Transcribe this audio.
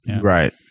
Right